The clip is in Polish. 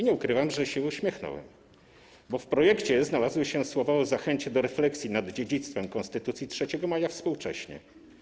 Nie ukrywam, że się uśmiechnąłem, bo w projekcie znalazły się słowa o zachęcie do refleksji nad dziedzictwem Konstytucji 3 maja współcześnie.